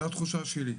זה התחושה שלי,